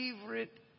favorite